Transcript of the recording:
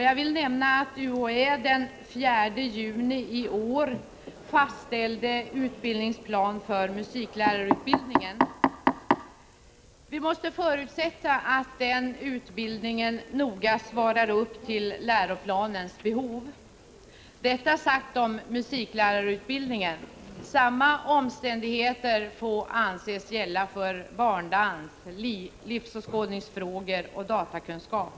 Jag vill nämna att UHÄ den 4 juni i år fastställde utbildningsplan för musiklärarutbildningen. Vi måste förutsätta att den utbildningen noga svarar upp till läroplanens behov. Detta sagt om musiklärarutbildningen. Samma omständigheter får anses gälla för barndans, livsåskådningsfrågor och datakunskap.